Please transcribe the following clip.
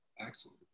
Excellent